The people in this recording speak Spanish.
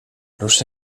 los